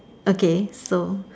okay so